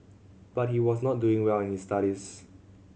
but he was not doing well in his studies